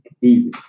Easy